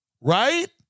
right